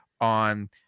on